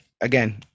Again